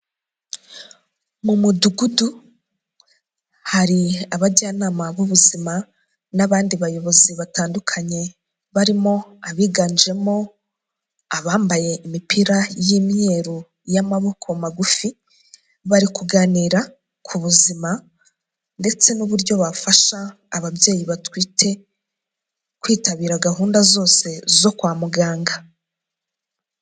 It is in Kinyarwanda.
Mu mudugudu hari abajyanama b'ubuzima n'abandi bayobozi batandukanye. Barimo abiganjemo abambaye imipira y'imyeru, iy'amaboko magufi, bari kuganira ku buzima ndetse n'uburyo bafasha ababyeyi batwite kwitabira gahunda zose zo kwa muganga.